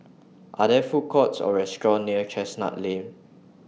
Are There Food Courts Or restaurants near Chestnut Lane